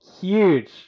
huge